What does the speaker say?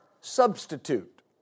substitute